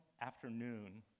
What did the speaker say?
afternoon